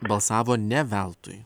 balsavo ne veltui